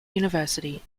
university